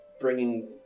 bringing